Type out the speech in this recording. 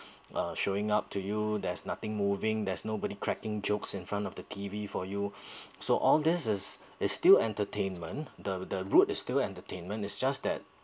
uh showing up to you there's nothing moving there's nobody cracking jokes in front of the T_V for you so all these is is still entertainment the the route is still entertainment is just that